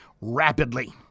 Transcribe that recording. rapidly